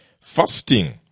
fasting